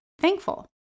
thankful